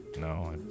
no